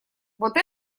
вот